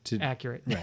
accurate